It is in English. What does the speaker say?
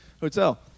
hotel